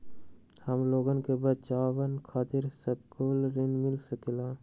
हमलोगन के बचवन खातीर सकलू ऋण मिल सकेला?